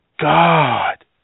God